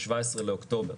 ב-17 באוקטובר,